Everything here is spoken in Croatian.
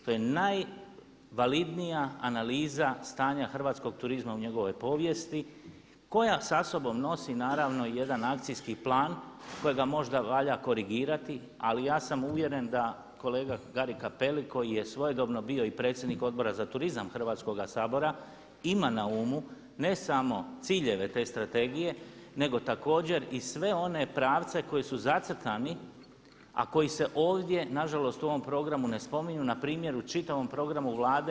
To je najvalidnija analiza stanja hrvatskog turizma u njegovoj povijesti koja sa sobom nosi naravno i jedan akcijski plan kojega možda valja korigirati ali ja sam uvjeren da kolega Gari Cappelli koji je svojedobno bio i predsjednik Odbora za turizam Hrvatskoga sabora ima na umu ne samo ciljeve te strategije nego također i sve one pravce koji su zacrtani a koji se ovdje nažalost u ovom programu ne spominju na primjeru čitavom programu Vlade.